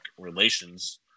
relations